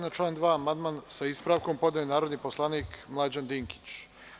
Na član 2. amandman, sa ispravkom, podneo je narodni poslanik Mlađan Dinkić.